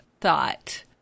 thought